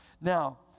Now